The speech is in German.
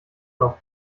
noch